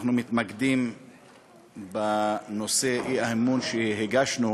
אנחנו מתמקדים בנושא האי-אמון שהגשנו.